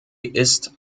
ist